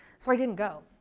so, i didn't go.